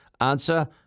Answer